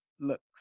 looks